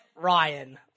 Ryan